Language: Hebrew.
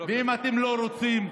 אם אתם לא רוצים,